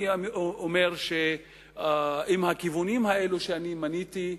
אני אומר שעם הכיוונים האלה שמניתי,